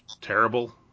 terrible